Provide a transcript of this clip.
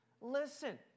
Listen